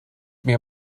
mir